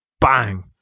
bang